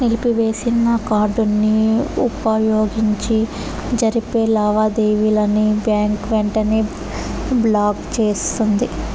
నిలిపివేసిన కార్డుని వుపయోగించి జరిపే లావాదేవీలని బ్యాంకు వెంటనే బ్లాకు చేస్తుంది